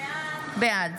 בעד